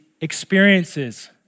experiences